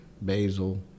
basil